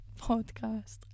podcast